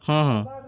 ହଁ ହଁ